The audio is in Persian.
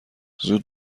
زود